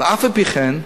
ואף על פי כן,